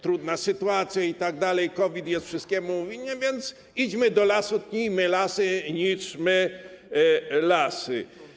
Trudna sytuacja itd., COVID jest wszystkiemu winien, więc idźmy do lasu, tnijmy lasy, niszczmy lasy.